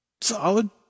Solid